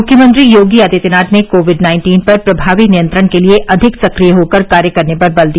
मुख्यमंत्री योगी आदित्यनाथ ने Covid nineteen पर प्रभावी नियंत्रण के लिए अधिक सक्रिय होकर कार्य करने पर बल दिया